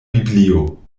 biblio